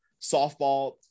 softball